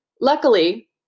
luckily